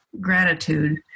gratitude